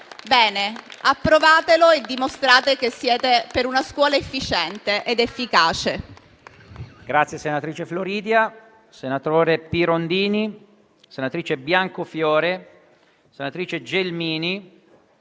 (testo 2) e dimostrate che siete per una scuola efficiente ed efficace.